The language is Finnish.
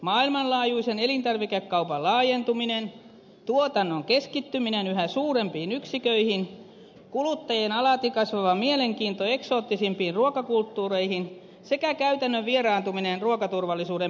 maailmanlaajuisen elintarvikekaupan laajentuminen tuotannon keskittyminen yhä suurempiin yksiköihin kuluttajien alati kasvava mielenkiinto eksoottisimpiin ruokakulttuureihin sekä käytännön vieraantuminen ruokaturvallisuuden perusasioista